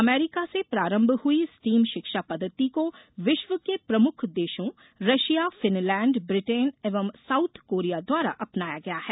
America से प्रारंभ हुई स्टीम शिक्षा पद्वति को विश्व के प्रमुख देशों रशिया फिनलैंण्ड ब्रिटेन एवं साउथ कोरिया द्वारा अपनाया गया है